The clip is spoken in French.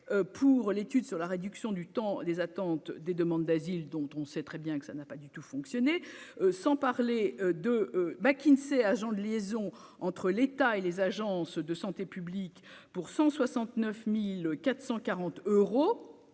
pour l'étude sur la réduction du temps des attentes des demandes d'asile dont on sait très bien que ça n'a pas du tout fonctionné sans parler de McKinsey, agent de liaison entre l'État et les agences de santé publique pour 169440 euros